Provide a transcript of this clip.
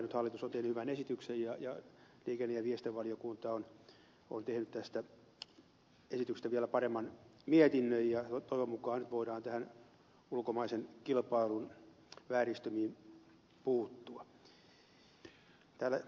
nyt hallitus on tehnyt hyvän esityksen ja liikenne ja viestintävaliokunta on tehnyt tästä esityksestä vielä paremman mietinnön ja toivon mukaan nyt voidaan näihin ulkomaisen kilpailun vääristymiin puuttua